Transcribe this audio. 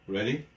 Ready